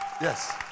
Yes